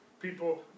People